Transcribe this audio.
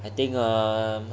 I think err